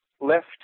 left